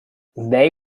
they